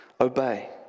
Obey